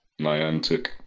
Niantic